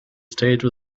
stage